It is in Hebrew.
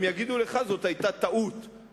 הם יגידו לך: זאת היתה טעות,